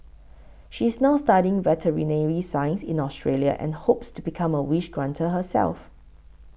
she is now studying veterinary science in Australia and hopes to become a wish granter herself